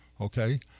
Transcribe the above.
okay